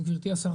גברתי השרה,